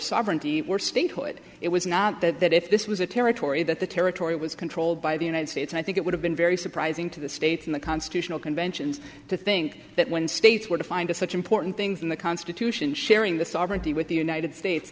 sovereignty were statehood it was not that that if this was a territory that the territory was controlled by the united states i think it would have been very surprising to the states in the constitutional conventions to think that when states were to find such important things in the constitution sharing the sovereignty with the united states